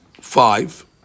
five